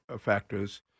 factors